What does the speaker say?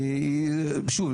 שוב,